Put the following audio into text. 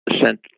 sent